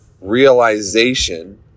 realization